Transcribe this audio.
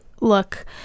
look